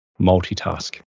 multitask